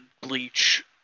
Bleach